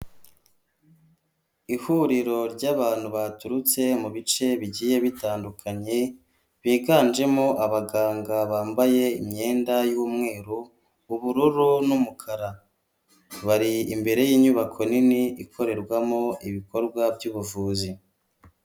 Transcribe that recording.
Ihuriro ry’abantu baturutse mu bice bigiye bitandukanye biganjemo abaganga, bambaye imyenda y’umweru, ubururu n'umukara, bar’imbere y’inyubako nini ikorerwamo ibikorwa by’ubuvuzi.